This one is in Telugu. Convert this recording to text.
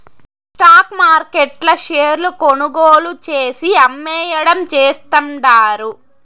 స్టాక్ మార్కెట్ల షేర్లు కొనుగోలు చేసి, అమ్మేయడం చేస్తండారు